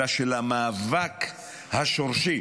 אלא של המאבק השורשי